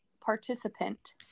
participant